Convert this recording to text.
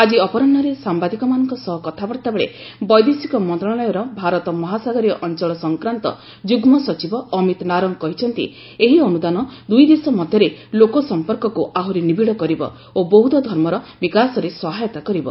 ଆଜି ଅପରାହ୍ନରେ ସାମ୍ବାଦିକମାନଙ୍କ ସହ କଥାବାର୍ତ୍ତା ବେଳେ ବୈଦେଶିକ ମନ୍ତ୍ରଣାଳୟର ଭାରତ ମହାସାଗରିୟ ଅଞ୍ଚଳ ସଂକ୍ରାନ୍ତ ଯୁଗ୍ମ ସଚିବ ଅମିତ ନାରଙ୍ଗ କହିଛନ୍ତି ଏହି ଅନୁଦାନ ଦୁଇଦେଶ ମଧ୍ୟରେ ଲୋକ ସମ୍ପର୍କକୁ ଆହୁରି ନିବିଡ଼ କରିବ ଓ ବୌଦ୍ଧ ଧର୍ମର ବିକାଶରେ ସହାୟତା କରିବ